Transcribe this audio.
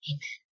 Amen